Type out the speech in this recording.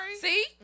See